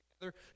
together